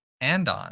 Andon